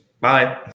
Bye